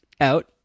out